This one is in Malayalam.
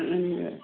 ഇരുപത്